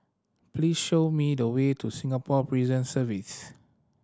please show me the way to Singapore Prison Service